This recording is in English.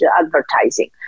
advertising